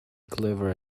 clever